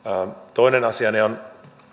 toinen asiani on